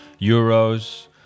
euros